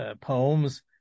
poems